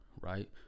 right